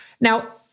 Now